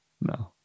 No